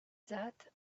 that